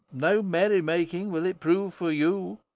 no merrymaking will it prove for you,